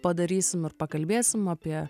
padarysim ir pakalbėsim apie